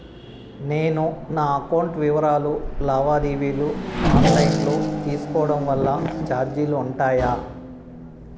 నేను నా అకౌంట్ వివరాలు లావాదేవీలు ఆన్ లైను లో తీసుకోవడం వల్ల చార్జీలు ఉంటాయా?